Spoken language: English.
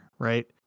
right